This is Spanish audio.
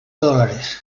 dólares